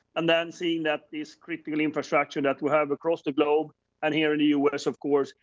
and then seeing that this critical infrastructure that we have across the globe and here in the u s, of course,